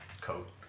coat